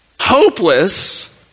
hopeless